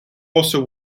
also